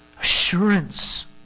assurance